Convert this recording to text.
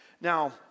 Now